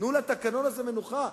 תנו לתקנון הזה מנוחה.